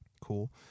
Cool